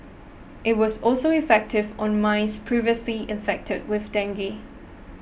it was also effective on mice previously infected with dengue